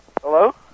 Hello